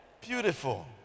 Beautiful